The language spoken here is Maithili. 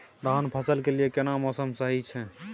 धान फसल के लिये केना मौसम सही छै?